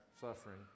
suffering